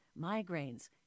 migraines